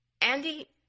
Andy